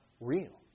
real